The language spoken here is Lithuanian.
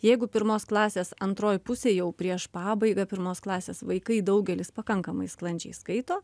jeigu pirmos klasės antroj pusėj jau prieš pabaigą pirmos klasės vaikai daugelis pakankamai sklandžiai skaito